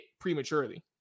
prematurely